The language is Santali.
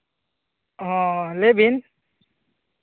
ᱦᱚᱸ ᱞᱟᱹᱭ ᱵᱤᱱ